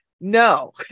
No